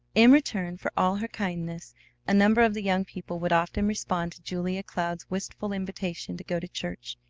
in return for all her kindness a number of the young people would often respond to julia cloud's wistful invitation to go to church,